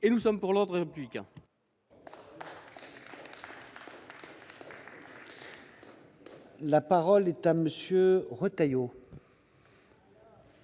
et nous sommes pour l'ordre républicain. La parole est à M. Bruno Retailleau,